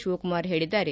ಶಿವಕುಮಾರ್ ಹೇಳಿದ್ದಾರೆ